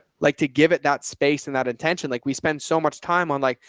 like to give it that space and that intention, like, we spend so much time on like,